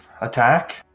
attack